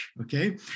Okay